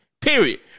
Period